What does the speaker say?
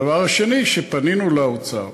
הדבר השני, פנינו לאוצר,